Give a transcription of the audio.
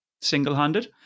single-handed